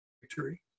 victory